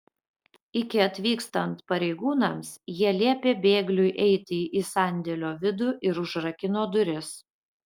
iki atvykstant pareigūnams jie liepė bėgliui eiti į sandėlio vidų ir užrakino duris